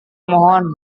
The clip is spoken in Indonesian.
mohon